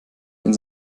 wenn